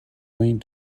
going